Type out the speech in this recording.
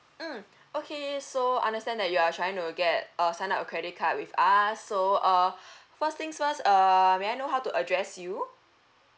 mm okay so understand that you are trying to get uh sign up a credit card with us so uh first things first err may I know how to address you